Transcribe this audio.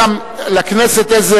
חבר הכנסת מוזס,